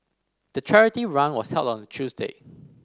the charity run was held on a Tuesday